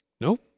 Nope